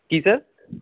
Ki sir